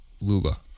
Lula